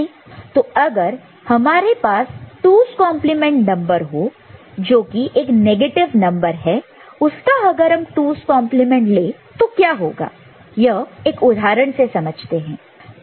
तो अगर हमारे पास 2's कंप्लीमेंट नंबर हो जो कि एक नेगेटिव नंबर है उसका अगर हम 2's कंप्लीमेंट 2's complement ले तो क्या होगा यह एक उदाहरण से समझते हैं